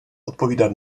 odpovídat